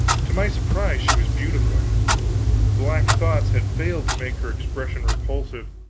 to my surprise she was beautiful black thoughts had failed to make her expression repulsive,